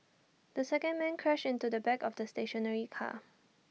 the second man crashed into the back of the stationary car